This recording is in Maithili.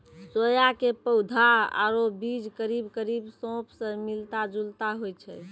सोया के पौधा आरो बीज करीब करीब सौंफ स मिलता जुलता होय छै